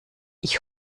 ich